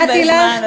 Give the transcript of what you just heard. נתתי לך.